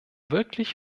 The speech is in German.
wirklich